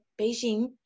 Beijing